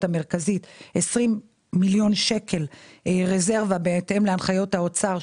המרכזית 20 מיליון שקל רזרבה בהתאם להנחיות האוצר,